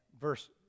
verse